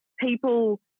people